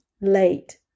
late